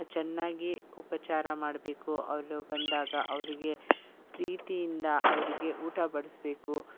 ಚೆನ್ನಾಗಿ ಉಪಚಾರ ಮಾಡಬೇಕು ಅವರು ಬಂದಾಗ ಅವರಿಗೆ ಪ್ರೀತಿಯಿಂದ ಅವರಿಗೆ ಊಟ ಬಡಿಸ್ಬೇಕು